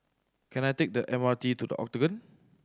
can I take the M R T to The Octagon